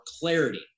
clarity